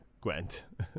Gwent